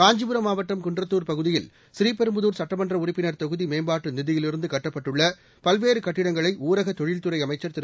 காஞ்சிபுரம் மாவட்டம் குன்றத்தூர் பகுதியில் ஸ்ரீபெரும்புதூர் சுட்டமன்ற உறுப்பினர் தொகுதி மேம்பாட்டு நிதியிலிருந்து கட்டப்பட்டுள்ள பல்வேறு கட்டடங்களை ஊரக தொழில்துறை அமைச்சர் திரு